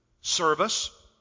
service